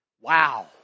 Wow